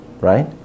right